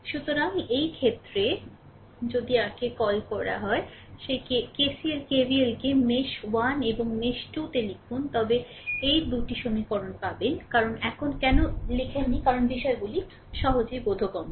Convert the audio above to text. সুতরাং এই ক্ষেত্রে যদি r কে কল করে সেই কে KCL KVL কে মেশ 1 এবং মেশ 2 তে লিখুন তবে এই 2 সমীকরণ পাবেন কারণ এখন কেন লিখেননি কারণ বিষয়গুলি খুব সহজেই বোধগম্য